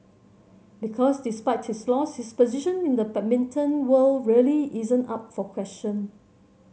because despite his loss his position in the badminton world really isn't up for question